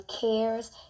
Cares